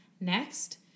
next